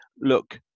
look